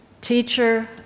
Teacher